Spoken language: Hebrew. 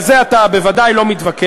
ועל זה אתה בוודאי לא מתווכח.